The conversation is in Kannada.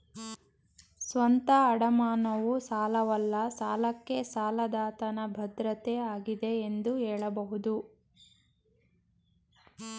ಸ್ವಂತ ಅಡಮಾನವು ಸಾಲವಲ್ಲ ಸಾಲಕ್ಕೆ ಸಾಲದಾತನ ಭದ್ರತೆ ಆಗಿದೆ ಎಂದು ಹೇಳಬಹುದು